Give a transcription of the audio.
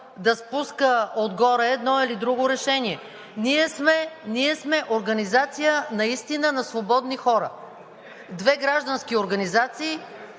да спуска отгоре едно или друго решение. Ние сме организация наистина на свободни хора. Две граждански организации,